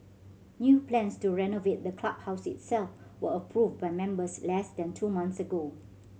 new plans to renovate the clubhouse itself were approved by members less than two months ago